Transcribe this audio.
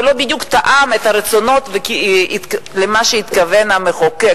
או שזה לא בדיוק תאם את הרצונות ואת מה שהתכוון המחוקק,